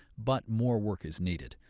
but more work is needed.